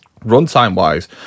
Runtime-wise